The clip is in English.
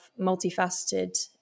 multifaceted